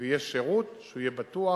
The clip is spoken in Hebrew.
ויהיה שירות שיהיה פתוח